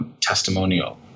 testimonial